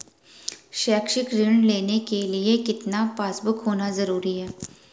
शैक्षिक ऋण लेने के लिए कितना पासबुक होना जरूरी है?